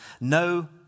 No